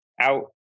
out